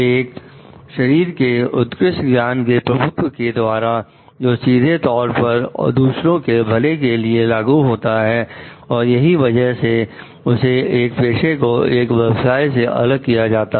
एक शरीर के उत्कृष्ट ज्ञान के प्रभुत्व के द्वारा जो सीधे तौर पर दूसरों के भले के लिए लागू होता है और यही वजह से उसे एक पेशे को एक व्यवसाय से अलग किया जाता है